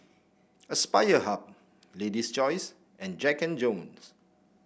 Aspire Hub Lady's Choice and Jack And Jones